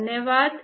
धन्यवाद